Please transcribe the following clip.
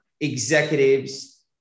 executives